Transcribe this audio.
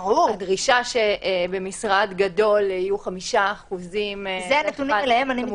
הדרישה שבמשרד גדול יהיו 5% --- אלה הנתונים שאליהם אני מתייחסת.